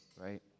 Right